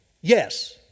yes